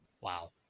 Wow